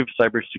cybersecurity